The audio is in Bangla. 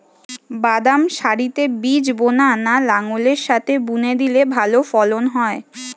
বাদাম সারিতে বীজ বোনা না লাঙ্গলের সাথে বুনে দিলে ভালো ফলন হয়?